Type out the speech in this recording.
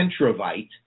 Centrovite